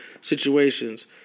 situations